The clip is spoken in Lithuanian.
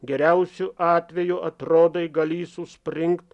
geriausiu atveju atrodai galįs užspringt